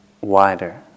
wider